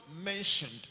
mentioned